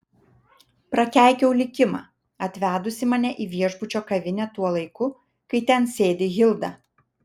prakeikiau likimą atvedusį mane į viešbučio kavinę tuo laiku kai ten sėdi hilda